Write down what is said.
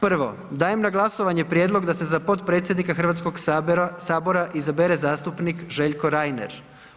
Prvo, dajem na glasovanje Prijedlog da se za potpredsjednika Hrvatskog sabora izabere zastupnik Željko Reiner.